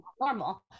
Normal